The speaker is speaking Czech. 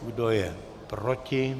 Kdo je proti?